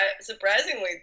surprisingly